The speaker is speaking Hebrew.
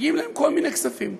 מגיעים כל מיני כספים,